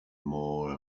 more